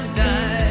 die